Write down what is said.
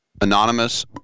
anonymous